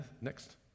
next